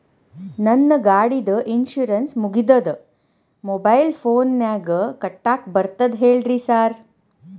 ನಂದ್ ಗಾಡಿದು ಇನ್ಶೂರೆನ್ಸ್ ಮುಗಿದದ ಮೊಬೈಲ್ ಫೋನಿನಾಗ್ ಕಟ್ಟಾಕ್ ಬರ್ತದ ಹೇಳ್ರಿ ಸಾರ್?